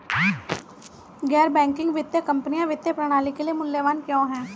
गैर बैंकिंग वित्तीय कंपनियाँ वित्तीय प्रणाली के लिए मूल्यवान क्यों हैं?